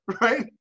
right